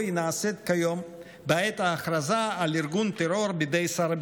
היא נעשית כיום בעת ההכרזה על ארגון טרור בידי שר הביטחון,